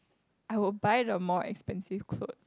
I will buy the more expensive clothes